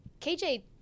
KJ